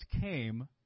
came